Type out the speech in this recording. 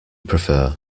prefer